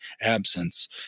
absence